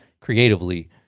creatively